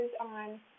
on